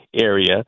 area